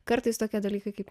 kartais tokie dalykai kaip